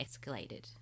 escalated